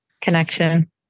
connection